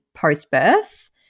post-birth